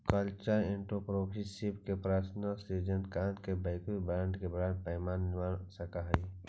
cultural entrepreneurship में personal सृजनात्मकता के वैयक्तिक ब्रांड के बड़ा पैमाना पर निर्माण हो सकऽ हई